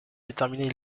déterminer